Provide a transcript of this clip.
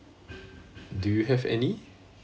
do you have any